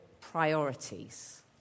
priorities